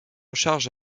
charge